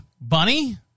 bunny